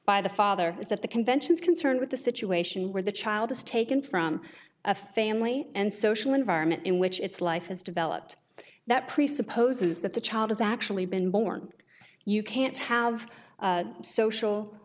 by the father is at the conventions concerned with the situation where the child is taken from a family and social environment in which its life is developed that presupposes that the child has actually been born you can't have social